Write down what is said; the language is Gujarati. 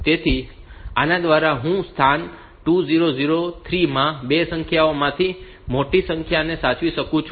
તેથી આના દ્વારા હું સ્થાન 2003 માં 2 સંખ્યાઓમાંથી માટી સંખ્યાને સાચવી શકું છું